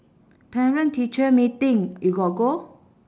parent teacher meeting you got go